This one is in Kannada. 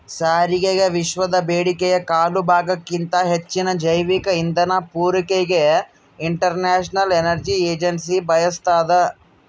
ಸಾರಿಗೆಗೆವಿಶ್ವದ ಬೇಡಿಕೆಯ ಕಾಲುಭಾಗಕ್ಕಿಂತ ಹೆಚ್ಚಿನ ಜೈವಿಕ ಇಂಧನ ಪೂರೈಕೆಗೆ ಇಂಟರ್ನ್ಯಾಷನಲ್ ಎನರ್ಜಿ ಏಜೆನ್ಸಿ ಬಯಸ್ತಾದ